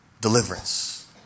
deliverance